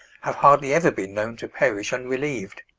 have hardly ever been known to perish unrelieved.